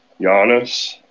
Giannis